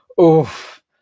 oof